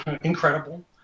incredible